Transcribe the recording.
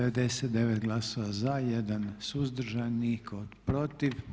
99 glasova za, 1 suzdržan, nitko protiv.